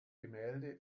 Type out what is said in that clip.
gemälde